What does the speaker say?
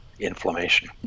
inflammation